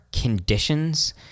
conditions